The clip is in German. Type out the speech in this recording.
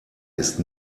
ist